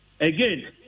Again